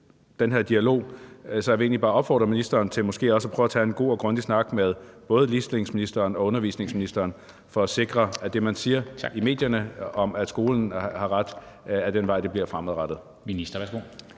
den her dialog, så jeg vil egentlig bare opfordre ministeren til måske også at prøve at tage en god og grundig snak med både ligestillingsministeren og undervisningsministeren for at sikre, at det, man siger i medierne, om, at skolen har ret, også er det, man vil følge fremadrettet.